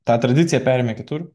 tą tradiciją perėmė kitur